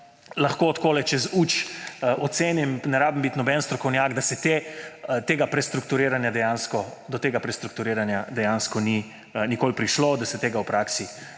lahko takole čez oko ocenim, ni treba biti noben strokovnjak, da do tega prestrukturiranja dejansko ni nikoli prišlo, da se tega v praksi